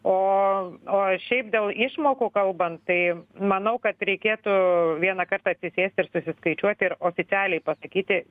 o o šiaip dėl išmokų kalbant tai manau kad reikėtų vieną kartą atsisėst ir susiskaičiuot ir oficialiai pasakyti